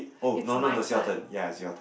oh no no no it's your turn ya it's your turn